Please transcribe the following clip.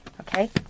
Okay